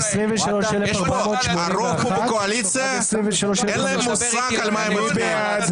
23,481 עד 23,500. מי בעד?